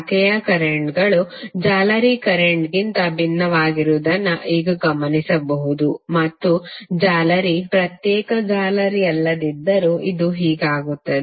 ಶಾಖೆಯ ಕರೆಂಟ್ಗಳು ಜಾಲರಿಯ ಕರೆಂಟ್ಕ್ಕಿಂತ ಭಿನ್ನವಾಗಿರುವುದನ್ನು ಈಗ ಗಮನಿಸಬಹುದು ಮತ್ತು ಜಾಲರಿ ಪ್ರತ್ಯೇಕ ಜಾಲರಿಯಲ್ಲದಿದ್ದರೆ ಇದು ಹೀಗಾಗುತ್ತದೆ